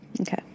Okay